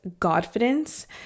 Godfidence